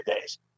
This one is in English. days